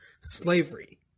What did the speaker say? slavery